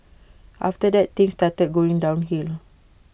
after that things started going downhill